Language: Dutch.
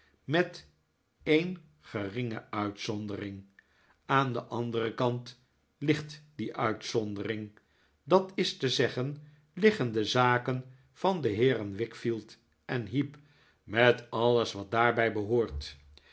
met een geringe uitzondering aan den anderen kant ligt die uitzondering dat is te zeggen liggen de zaken van de heeren wickfield en heep met alles wat daarbij behoort